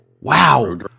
Wow